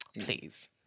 please